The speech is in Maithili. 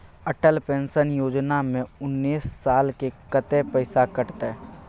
अटल पेंशन योजना में उनैस साल के कत्ते पैसा कटते?